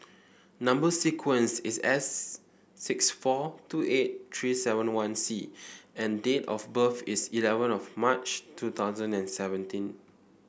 number sequence is S six four two eight three seven one C and date of birth is eleven of March two thousand and seventeen